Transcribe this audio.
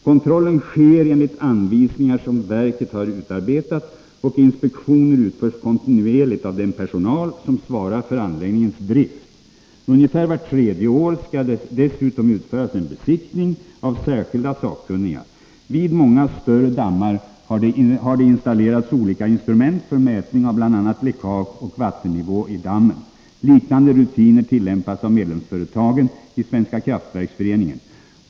Kontrollen sker enligt anvisningar som verket har utarbetat, och inspektioner utförs kontinuerligt av den personal som svarar för anläggningens drift. Ungefär vart tredje år skall det dessutom utföras en besiktning av särskilda sakkunniga. Vid många större dammar har det installerats olika instrument för mätning av bl.a. läckage och vattennivå i dammen. Liknande rutiner tillämpas av medlemsföretagen i Svenska kraftverksföreningen.